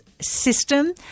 system